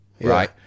right